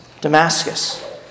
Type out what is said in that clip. Damascus